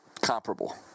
comparable